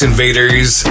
Invaders